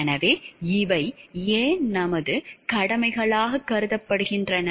எனவே இவை ஏன் நமது கடமைகளாகக் கருதப்படுகின்றன